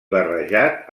barrejat